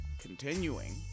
Continuing